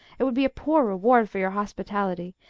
it would be a poor reward for your hospitality,